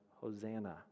Hosanna